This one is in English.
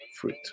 fruit